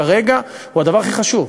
כרגע זה הדבר הכי חשוב.